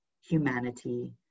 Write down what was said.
humanity